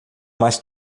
mais